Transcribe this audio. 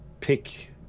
pick